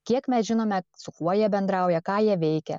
kiek mes žinome su kuo jie bendrauja ką jie veikia